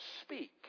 speak